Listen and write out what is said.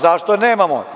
Zašto nemamo?